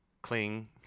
Cling